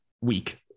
week